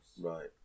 right